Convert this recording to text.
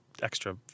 extra